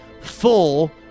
full